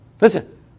Listen